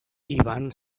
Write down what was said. iban